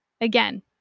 Again